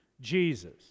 Jesus